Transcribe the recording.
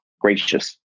gracious